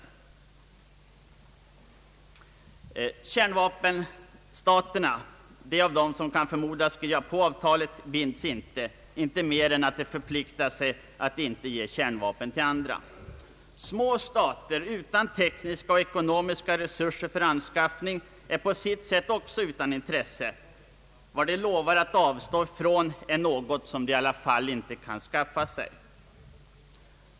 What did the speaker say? De av kärnvapenstaterna som kan förmodas skriva på avtalet binds inte mer än att de förpliktar sig att inte ge kärnvapen till andra. Små stater utan tekniska och ekonomiska resurser för anskaffning av kärnvapen är på sitt sätt också utan intresse. De lovar att avstå från något som de i alla fall inte kan skaffa sig.